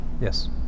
Yes